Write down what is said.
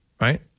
right